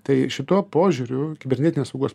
tai šituo požiūriu kibernetinės saugos